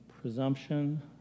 presumption